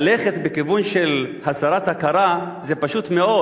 ללכת בכיוון של הסרת ההכרה זה פשוט מאוד